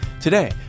Today